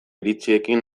iritziekin